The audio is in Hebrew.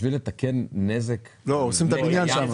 בשביל לתקן נזק צריך היתר בנייה?